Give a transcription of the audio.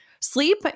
Sleep